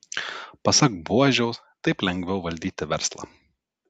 pasak buožiaus taip lengviau valdyti verslą